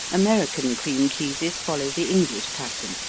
american cream cheeses follow the english pattern,